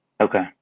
Okay